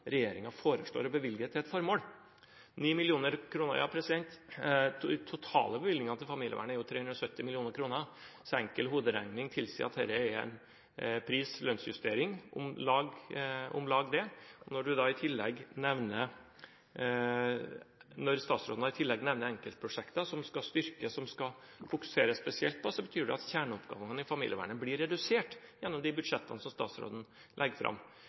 foreslår å bevilge til et formål. 9 mill. kr – ja – men den totale bevilgningen til familievernet er jo 370 mill. kr, så enkel hoderegning tilsier at dette er om lag en pris- og lønnsjustering. Når statsråden i tillegg nevner enkeltprosjekter som skal styrkes – som det skal fokuseres spesielt på – betyr det at kjerneoppgavene i familievernet blir redusert gjennom de budsjettene statsråden legger fram.